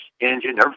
engine